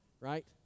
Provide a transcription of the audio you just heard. Right